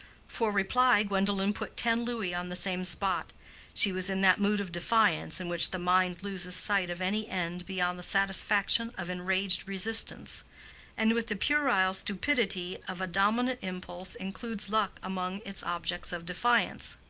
for reply gwendolen put ten louis on the same spot she was in that mood of defiance in which the mind loses sight of any end beyond the satisfaction of enraged resistance and with the puerile stupidity of a dominant impulse includes luck among its objects of defiance.